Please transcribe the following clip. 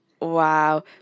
Wow